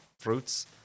fruits